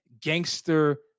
gangster